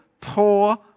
poor